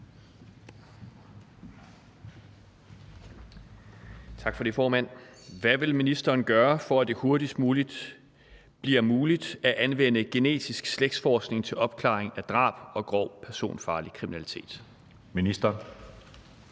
af: Peter Kofod (DF): Hvad vil ministeren gøre, for at det hurtigst muligt bliver muligt at anvende genetisk slægtsforskning til opklaring af drab og grov personfarlig kriminalitet? Anden